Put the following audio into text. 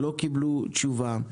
אבל לא קיבלו תשובה,